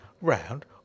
round